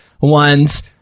ones